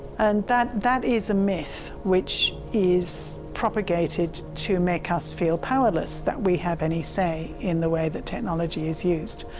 and that that is a myth which is propagated to make us feel powerless that we have any say in the way that technology is used,